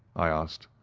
i asked.